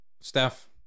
Steph